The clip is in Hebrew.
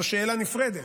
זאת שאלה נפרדת.